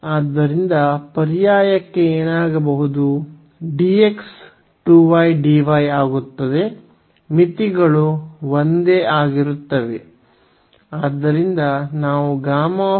ಆದ್ದರಿಂದ ಪರ್ಯಾಯಕ್ಕೆ ಏನಾಗಬಹುದು dx 2y dy ಆಗುತ್ತದೆ ಮಿತಿಗಳು ಒಂದೇ ಆಗಿರುತ್ತವೆ